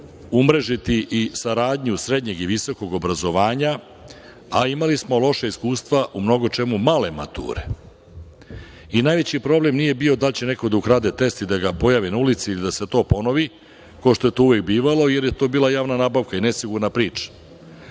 umrežiti i saradnju srednjeg i visokog obrazovanja, a imali smo loša iskustva u mnogo čemu male mature. Najveći problem nije bio da li će neko da ukrade test i da ga pojavi na ulici ili da se to ponovi, kao što je to uvek bivalo, jer je to bila javna nabavka i nesigurna priča.